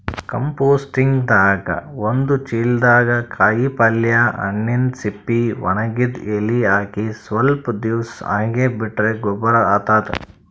ಕಂಪೋಸ್ಟಿಂಗ್ದಾಗ್ ಒಂದ್ ಚಿಲ್ದಾಗ್ ಕಾಯಿಪಲ್ಯ ಹಣ್ಣಿನ್ ಸಿಪ್ಪಿ ವಣಗಿದ್ ಎಲಿ ಹಾಕಿ ಸ್ವಲ್ಪ್ ದಿವ್ಸ್ ಹಂಗೆ ಬಿಟ್ರ್ ಗೊಬ್ಬರ್ ಆತದ್